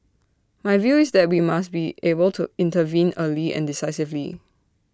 my view is that we must be able to intervene early and decisively